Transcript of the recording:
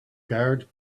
guard